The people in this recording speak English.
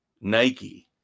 Nike